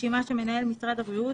רשימה שמנהל משרד הבריאות,